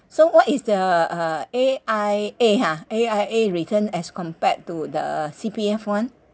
so what is the uh A_I_A ha A_I_A return as compared to the C_P_F [one]